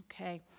okay